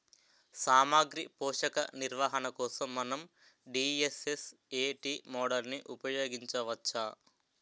సామాగ్రి పోషక నిర్వహణ కోసం మనం డి.ఎస్.ఎస్.ఎ.టీ మోడల్ని ఉపయోగించవచ్చా?